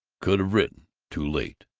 could have written too late!